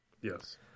yes